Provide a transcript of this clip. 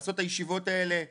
לעשות את הישיבות האלה,